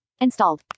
Installed